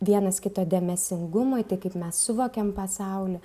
vienas kito dėmesingumui tai kaip mes suvokiam pasaulį